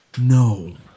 no